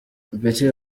betty